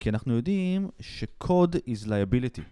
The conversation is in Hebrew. כי אנחנו יודעים ש-code is liability